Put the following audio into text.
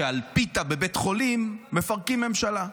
שעל פיתה בבית חולים מפרקים ממשלה,